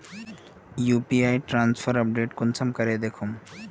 UPI transfer update कुंसम करे दखुम?